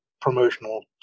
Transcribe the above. promotional